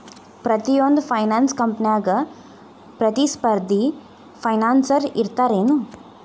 ಪ್ರತಿಯೊಂದ್ ಫೈನಾನ್ಸ ಕಂಪ್ನ್ಯಾಗ ಪ್ರತಿಸ್ಪರ್ಧಿ ಫೈನಾನ್ಸರ್ ಇರ್ತಾರೆನು?